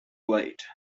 light